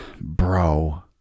bro